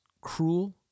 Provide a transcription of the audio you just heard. cruel